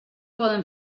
poden